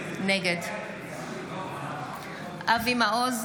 נגד אבי מעוז,